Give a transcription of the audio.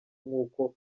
nkuko